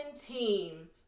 team